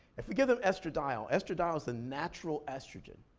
if you give them estradiol, estradiol's the natural estrogen,